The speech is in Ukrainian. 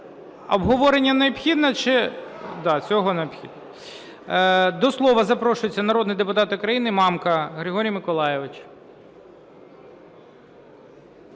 обговорення необхідне? Так, цього необхідне. До слова запрошується народний депутат України Мамка Григорій Миколайович.